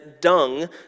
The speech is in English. dung